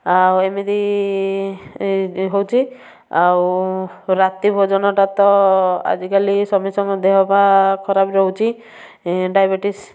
ଆଉ ଏମିତ ହେଉଛି ଆଉ ରାତି ଭୋଜନଟା ତ ଆଜିକାଲି ସବୁ ଦେହ ପା ଖରାପ ରହୁଛି ଡାଇବେଟିସ୍